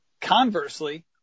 Conversely